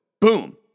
Boom